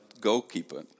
goalkeeper